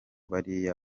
bariya